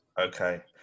Okay